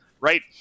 Right